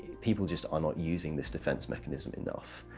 people just are not using this defense mechanism enough.